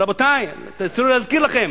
רבותי, תנו לי להזכיר לכם,